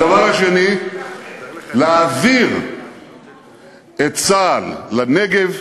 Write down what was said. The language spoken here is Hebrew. הדבר השני, להעביר את צה"ל לנגב,